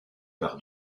par